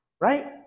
Right